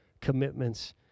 commitments